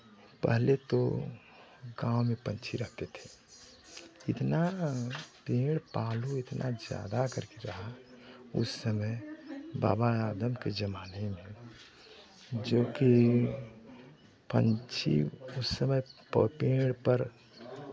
पहले तो गाँव में पंछी रखते थे इतना पेड़ पालो इतना ज़्यादा कट रहा है उस समय बाबा आदम के ज़माने में जो कि पंछी उस समय पेड़ पर